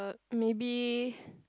maybe